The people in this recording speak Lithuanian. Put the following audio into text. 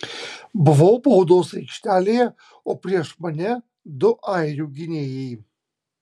buvau baudos aikštelėje o prieš mane du airių gynėjai